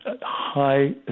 high –